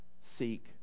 seek